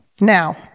Now